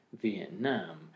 Vietnam